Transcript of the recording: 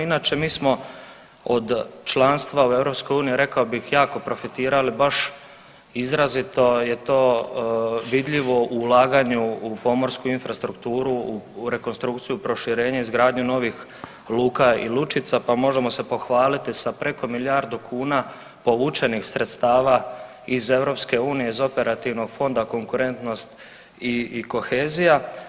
Inače mi smo od članstva u EU rekao bih jako profitirali baš izrazito je to vidljivo u ulaganju u pomorsku infrastrukturu u rekonstrukciju proširenje, izgradnju novih luka i lučica pa možemo se pohvaliti sa preko milijardu kuna povučenih sredstava iz EU iz Operativnog fonda Konkurentnost i kohezija.